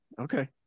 Okay